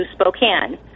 Spokane